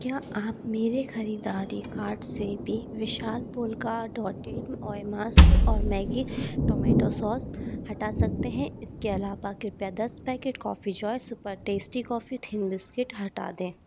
क्या आप मेरे ख़रीदारी कार्ट से भी विशाल पोल्का डॉटेड्म ऑय मास्क और मैग्गी टोमेटो सॉस हटा सकते हें इसके अलावा कृपया दस packet Coffee Joy super tasty coffee thin biscuit हटा दें